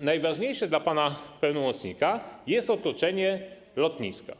najważniejsze dla pana pełnomocnika jest otoczenie lotniska.